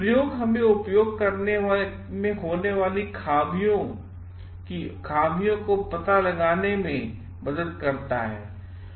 प्रयोग हमेंउपयोग करने पर होने वाली खामियों की खामियोंका पता लगाने में मदद करते हैं